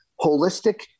holistic